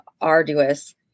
arduous